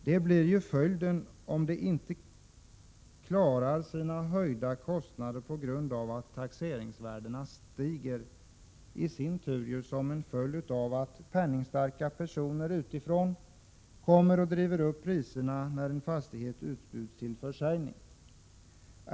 Det blir ju följden, om de permanentboende fastighetsägarna inte klarar de höjda kostnader som de får vidkännas på grund av att taxeringsvärdena stiger, vilket i sin tur är en följd av att penningstarka personer utifrån driver upp priserna när en fastighet utbjuds till försäljning.